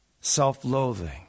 self-loathing